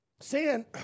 Sin